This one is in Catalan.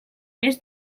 mes